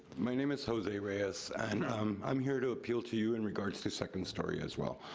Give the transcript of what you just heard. my name is jose reyes, and i'm here to appeal to you in regards to second story as well.